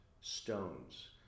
stones